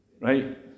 Right